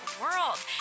world